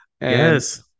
yes